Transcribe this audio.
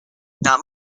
not